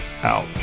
out